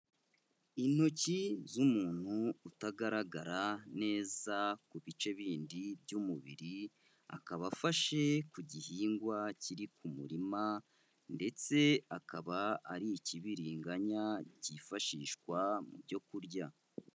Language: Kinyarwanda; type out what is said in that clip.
Intoki z'umuntu utagaragara neza ku bice bindi by'umubiri, akaba afashe ku gihingwa kiri ku murima ndetse akaba ari ikibiringanya cyifashishwa mu byo kurya.